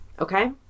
Okay